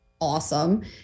awesome